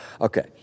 Okay